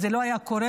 זה לא היה קורה.